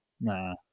nah